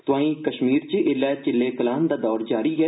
तोआईं कश्मीर च ऐल्लै चिल्लक्कलां दा दौर जारी ऐ